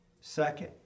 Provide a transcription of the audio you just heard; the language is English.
Second